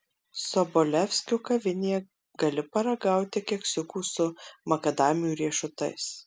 sobolevskio kavinėje gali paragauti keksiukų su makadamijų riešutais